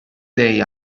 lei